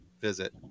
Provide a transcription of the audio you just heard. visit